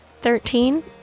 Thirteen